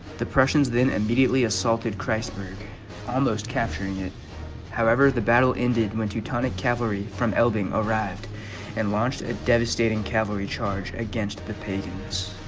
the prussians then immediately assaulted kreisberg almost capturing it however the battle ended when teutonic cavalry from eldin arrived and launched a devastating cavalry charge against the page yunus